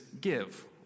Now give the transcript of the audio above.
give